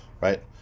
right